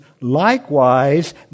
likewise